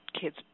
Kids